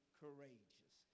courageous